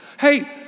Hey